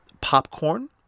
popcorn